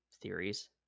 theories